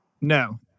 No